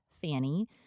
Fanny